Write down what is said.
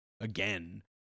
again